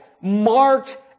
marked